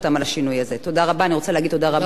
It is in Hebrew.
כבוד השר, ולוועדת שרים לענייני חקיקה.